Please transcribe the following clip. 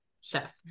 chef